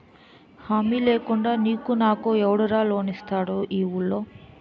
హామీ లేకుండా నీకు నాకు ఎవడురా లోన్ ఇస్తారు ఈ వూళ్ళో?